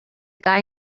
guy